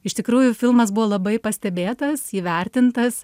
iš tikrųjų filmas buvo labai pastebėtas įvertintas